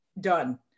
done